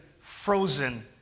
frozen